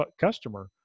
customer